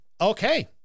okay